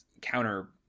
counter